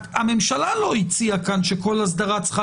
הממשלה לא הציעה כאן שכל אסדרה צריכה